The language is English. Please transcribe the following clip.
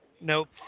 Nope